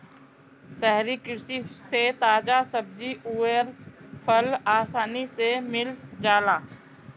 शहरी कृषि से ताजा सब्जी अउर फल आसानी से मिल जाला